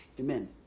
Amen